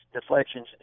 deflections